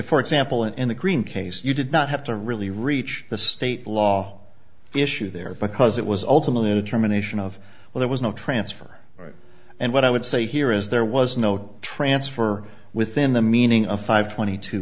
for example in the green case you did not have to really reach the state law issue there because it was ultimately a determination of well there was no transfer right and what i would say here is there was no transfer within the meaning of five twenty two